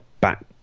back